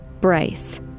Bryce